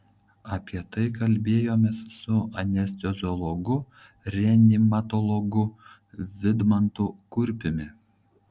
apie tai kalbėjomės su anesteziologu reanimatologu vidmantu kurpiumi